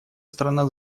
страна